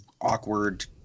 awkward